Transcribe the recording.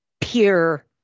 pure